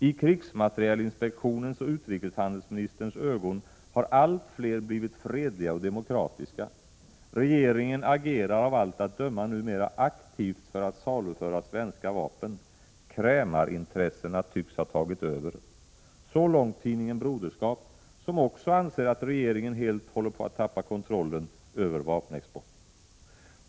I Krigsmaterielinspektionens och utrikeshandelsministerns ögon har allt fler blivit fredliga och demokratiska. Regeringen agerar av allt att döma numera aktivt för att saluföra svenska vapen. Krämarintressena tycks ha tagit över.” Så långt tidningen Broderskap, som också anser att regeringen helt håller på att tappa kontrollen över vapenexporten.